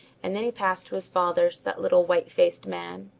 and then he passed to his fathers, that little white-faced man.